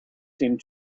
seemed